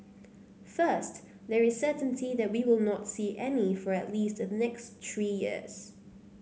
first there is certainty that we will not see any for at least the next three years